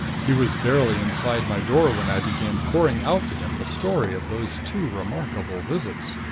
he was barely inside my door when i began pouring out to him the story of those two remarkable visits.